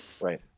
Right